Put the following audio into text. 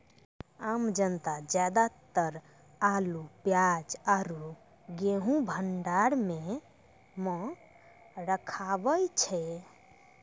आम जनता ज्यादातर आलू, प्याज आरो गेंहूँ भंडार मॅ रखवाय छै